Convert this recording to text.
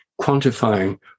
quantifying